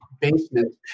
basement